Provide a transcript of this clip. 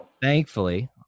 Thankfully